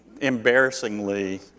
embarrassingly